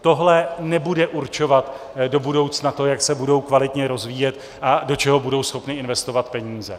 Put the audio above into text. Tohle nebude určovat do budoucna to, jak se budou kvalitně rozvíjet a do čeho budou schopny investovat peníze.